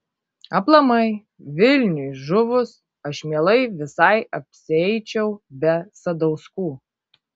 aplamai vilniui žuvus aš mielai visai apsieičiau be sadauskų